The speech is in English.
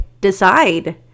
decide